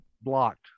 blocked